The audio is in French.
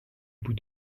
bout